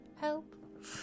Help